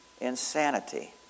insanity